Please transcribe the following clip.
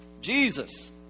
Jesus